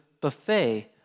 buffet